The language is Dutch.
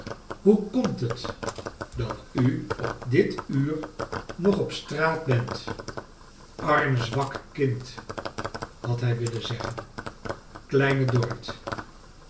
hoe komt het dat u op dit uur nog op straat bent arm zwak kind had hij willen zeggen kleine